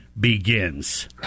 begins